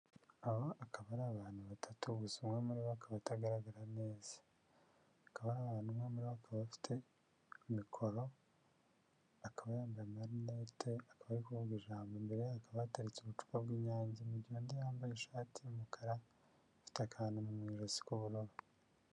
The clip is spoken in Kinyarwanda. Aba akaba ari abantu batatu ubu gusa umwe muri akaba atagaragara neza, akaba abantuwa ape bafite mikoro akaba yambaye amarinete akaba ari kuvuga ijambo, imbere ye hakaba hateretse ubucupa bw'inyange, mugihe undi yambaye ishati y'umukara afite akantu mu ijosi k'ubururu.